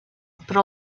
però